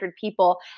people